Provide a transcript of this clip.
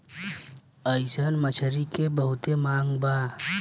अइसन मछली के बहुते मांग बा